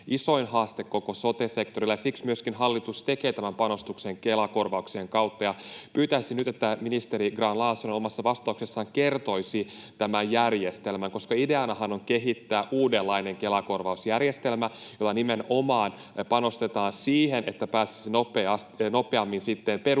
isoin haaste koko sote-sektorilla, ja siksi myöskin hallitus tekee tämän panostuksen Kela-korvauksien kautta. Pyytäisin nyt, että ministeri Grahn-Laasonen omassa vastauksessaan kertoisi tämän järjestelmän, koska ideanahan on kehittää uudenlainen Kela-korvausjärjestelmä, jolla nimenomaan panostetaan siihen, että pääsisi nopeammin perusterveydenhuollon